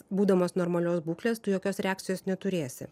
būdamas normalios būklės tu jokios reakcijos neturėsi